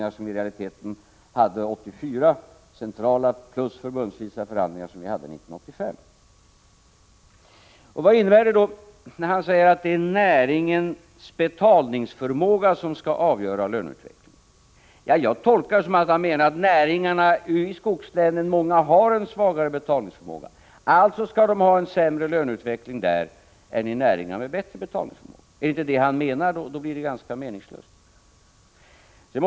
Sådana hade vi i realiteten 1984, och 1985 hade vi centrala förhandlingar plus förhandlingar förbundsvis. Vad menar han när han säger att det är näringens betalningsförmåga som skall avgöra löneutvecklingen? Jag tolkar det så, att näringarna i skogslänen, där många har en svagare betalningsförmåga, skall ha en sämre löneutveckling än näringar med bättre betalningsförmåga. Är det detta Nils Åsling menar blir det ganska meningslöst.